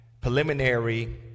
preliminary